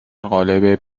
قالب